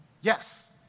Yes